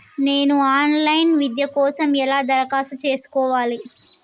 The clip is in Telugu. నేను ఆన్ లైన్ విద్య కోసం ఎలా దరఖాస్తు చేసుకోవాలి?